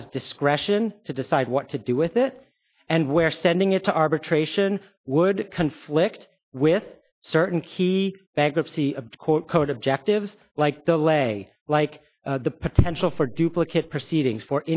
has discretion to decide what to do with it and where sending it to arbitration would conflict with certain key bankruptcy of court code objectives like the lay like the potential for duplicate proceedings for